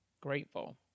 grateful